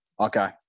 Okay